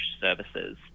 services